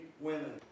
women